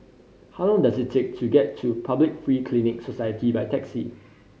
how long does it take to get to Public Free Clinic Society by taxi